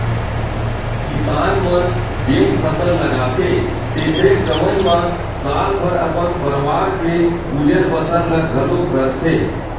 किसान मन जेन फसल लगाथे तेखरे कमई म साल भर अपन परवार के गुजर बसर ल घलोक करथे